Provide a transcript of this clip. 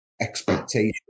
expectation